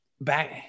back